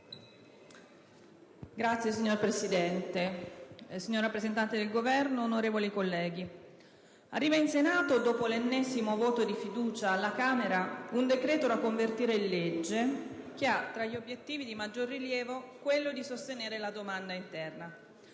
*(PD)*. Signor Presidente, signor rappresentante del Governo, onorevoli colleghi, arriva in Senato, dopo l'ennesimo voto di fiducia alla Camera, un decreto da convertire in legge che ha tra gli obiettivi di maggior rilievo quello di sostenere la domanda interna.